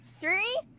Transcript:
Three